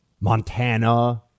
Montana